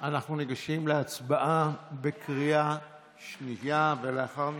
אנחנו ניגשים להצבעה בקריאה שנייה, ולאחר מכן,